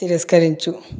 తిరస్కరించు